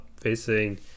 facing